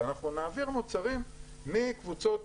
ואנחנו נעביר מוצרים מקבוצות